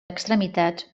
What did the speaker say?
extremitats